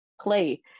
play